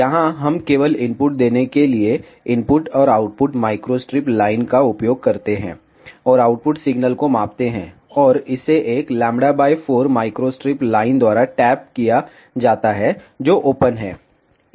यहां हम केवल इनपुट देने के लिए इनपुट और आउटपुट माइक्रोस्ट्रिप लाइन का उपयोग करते हैं और आउटपुट सिग्नल को मापते हैं और इसे एक λ 4 माइक्रोस्ट्रिप लाइन द्वारा टैप किया जाता है जो ओपन है